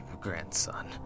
grandson